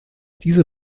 diese